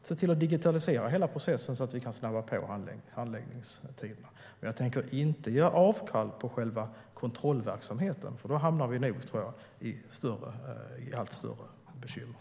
Se till att digitalisera hela processen så att vi kan snabba på handläggningstiderna. Jag tänker dock inte göra avkall på själva kontrollverksamheten, för då hamnar vi nog i allt större bekymmer.